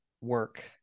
work